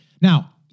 Now